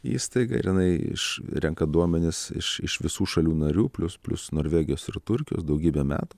įstaiga ir jinai iš renka duomenis iš iš visų šalių narių plius plius norvegijos ir turkijos daugybę metų